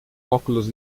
óculos